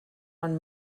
man